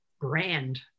brand